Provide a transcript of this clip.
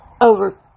over